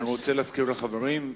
אני רוצה להזכיר לחברים,